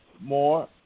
more